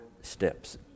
steps